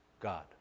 God